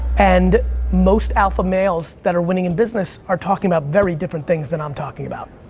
and most alpha males that are winning in business are talking about very different things than i'm talking about.